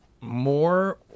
more